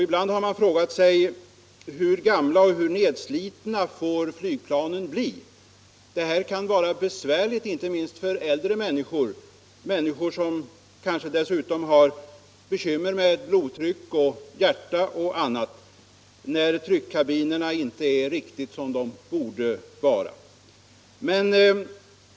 Ibland har man frågat sig hur gamla och nedslitna flygplanen får bli. Det kan vara svårt inte minst för äldre människor, som kanske dessutom har besvär med blodtryck, hjärta och annat, när tryckkabinerna inte är som de borde vara.